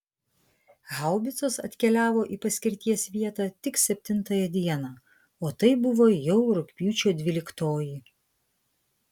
haubicos atkeliavo į paskirties vietą tik septintąją dieną o tai buvo jau rugpjūčio dvyliktoji